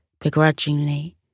begrudgingly